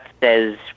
says